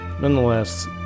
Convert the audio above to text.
Nonetheless